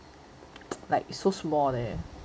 like so small like that